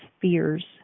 fears